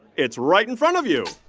it's right in front of you